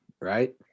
right